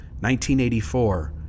1984